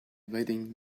wedding